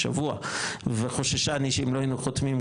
שבוע וחוששני שאם לא היינו חותמים,